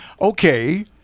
okay